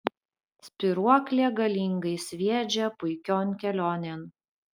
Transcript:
spyruoklė galingai sviedžia puikion kelionėn